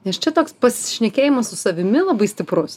nes čia toks pasišnekėjimas su savimi labai stiprus